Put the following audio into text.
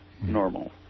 normal